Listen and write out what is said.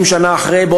70 שנה אחרי,